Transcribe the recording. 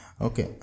Okay